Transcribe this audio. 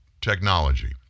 technology